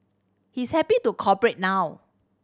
he's happy to cooperate now